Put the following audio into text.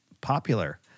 popular